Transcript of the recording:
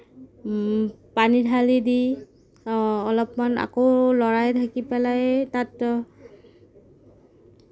পানী ঢালি দি অলপমান আকৌ লৰাই থাকি পেলাই তাত